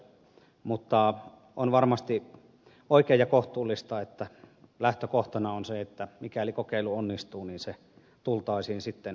mutta on varmasti oikein ja kohtuullista että lähtökohtana on se että mikäli kokeilu onnistuu niin se tultaisiin sitten kokeiluajan jälkeen vakinaistamaan